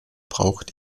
braucht